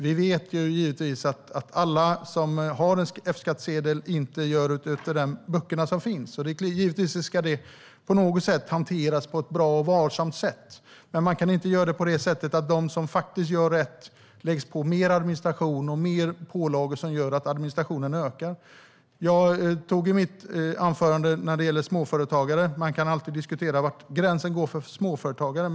Vi vet att alla som har en F-skattsedel inte gör enligt de böcker som finns. Det ska givetvis hanteras på ett bra och varsamt sätt. Men man kan inte göra på det sättet att de som gör rätt läggs på mer administration och mer pålagor som gör att administrationen ökar. Jag tog i mitt anförande upp situationen för småföretagare. Man kan alltid diskutera var gränsen går för småföretagare.